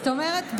זאת אומרת,